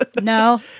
No